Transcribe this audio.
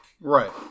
Right